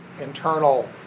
internal